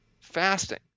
fasting